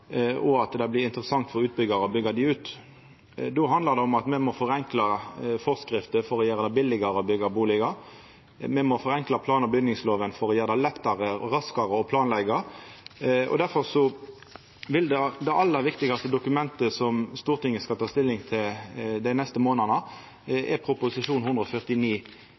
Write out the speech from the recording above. og at det blir interessant for utbyggjarar å byggja ut. Då handlar det om at me må forenkla forskrifter for å gjera det billegare å byggja bustader. Me må forenkla plan- og bygningsloven for å gjera det lettare og raskare å planleggja. Difor er det aller viktigaste dokumentet som Stortinget skal ta stilling til dei neste månadene, Prop. 149 L for 2015–2016. Det er